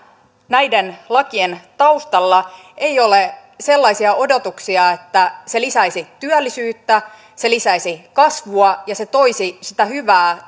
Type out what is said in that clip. näiden lakien taustalla ei ole sellaisia odotuksia että se lisäisi työllisyyttä se lisäisi kasvua ja se toisi talouteen sitä hyvää